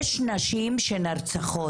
יש נשים שנרצחות.